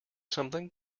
something